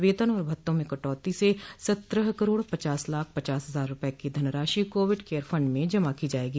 वेतन और भत्तों में कटौती से सत्रह करोड़ पचास लाख पचास हजार रूपये की धनराशि कोविड केयर फंड में जमा की जायेगी